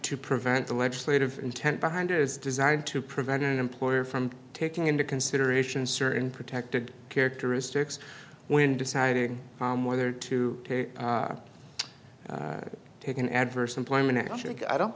to prevent the legislative intent behind is designed to prevent an employer from taking into consideration certain protected characteristics when deciding whether to take an adverse employment i don't